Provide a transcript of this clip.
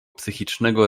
psychicznego